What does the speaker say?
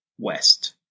west